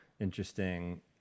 interesting